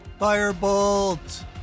Firebolt